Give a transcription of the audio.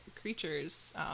creatures